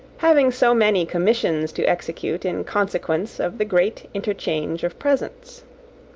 having so many commissions to execute in consequence of the great interchange of presents.